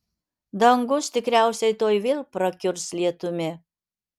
dangus tikriausiai tuoj vėl prakiurs lietumi